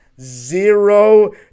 zero